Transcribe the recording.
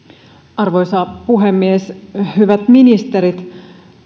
arvoisa puhemies hyvät ministerit